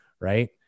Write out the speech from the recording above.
Right